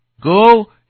Go